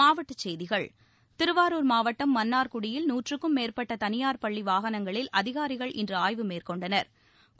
மாவட்ட செய்திகள் திருவாரூர் மாவட்டம் மன்னார்குடியில் நூற்றுக்கும் மேற்பட்ட தனியார் பள்ளி வாகனங்களில் அதிகாரிகள் இன்று ஆய்வு மேற்கொண்டனா்